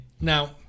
Now